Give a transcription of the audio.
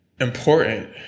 important